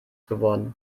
geworden